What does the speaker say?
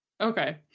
Okay